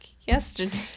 yesterday